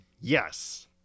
yes